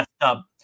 up